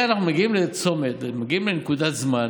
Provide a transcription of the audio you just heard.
אנחנו מגיעים לצומת, מגיעים לנקודת זמן